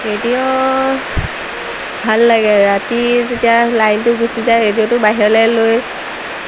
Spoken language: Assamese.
ৰেডিঅ' ভাল লাগে ৰাতি যেতিয়া লাইনটো গুচি যায় ৰেডিঅ'টো বাহিৰলৈ লৈ